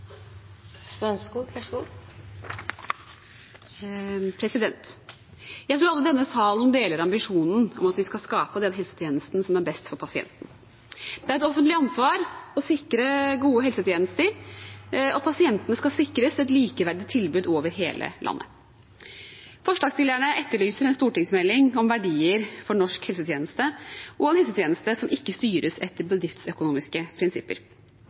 Jeg tror alle i denne salen deler ambisjonen om at vi skal skape den helsetjenesten som er best for pasienten. Det er et offentlig ansvar å sikre gode helsetjenester, og pasientene skal sikres et likeverdig tilbud over hele landet. Forslagsstillerne etterlyser en stortingsmelding om verdier for norsk helsetjeneste og en helsetjeneste som ikke styres etter bedriftsøkonomiske prinsipper.